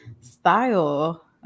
style